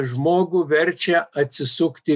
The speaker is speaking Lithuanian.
žmogų verčia atsisukti